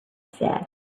said